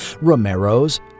Romero's